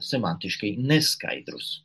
semantiškai neskaidrūs